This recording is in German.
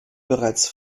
bereits